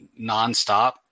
nonstop